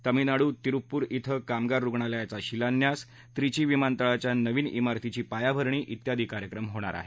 तामिळनाडूत तिरुप्पुर श्वे कामगार रुग्णालयाचा शिलान्यास त्रिची विमानतळाच्या नवीन मोरतीची पायाभरणी उत्यादी कार्यक्रम होणार आहेत